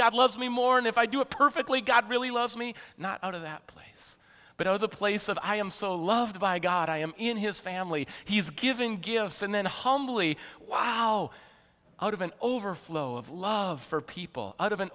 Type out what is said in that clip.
god loves me more and if i do it perfectly god really loves me not out of that place but of the place of i am so loved by god i am in his family he's given gifts and then humbly wow out of an overflow of love for people out of an